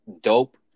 dope